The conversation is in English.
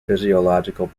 physiological